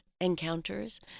encounters